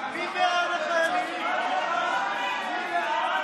התשפ"ב 2022,